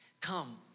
come